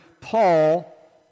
Paul